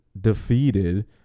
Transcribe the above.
defeated